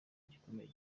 gikomeye